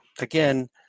again